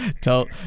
tell